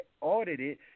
audited